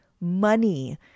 money